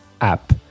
app